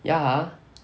ya